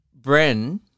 Bren